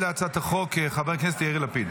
חבר הכנסת מלביצקי,